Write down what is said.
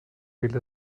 fehlt